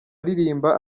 aririmba